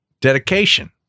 dedication